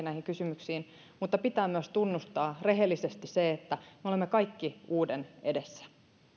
näihin kysymyksiin mutta pitää myös tunnustaa rehellisesti se että me olemme kaikki uuden edessä